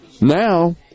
Now